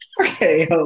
Okay